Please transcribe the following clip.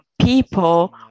people